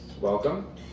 Welcome